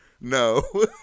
No